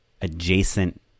adjacent